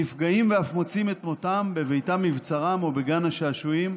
נפגעים ואף מוצאים את מותם בביתם מבצרם או בגן השעשועים,